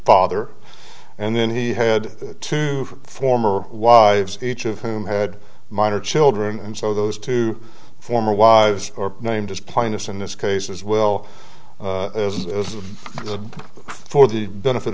father and then he had to move former wives each of whom had minor children and so those two former wives or named as plaintiffs in this case as well as for the benefit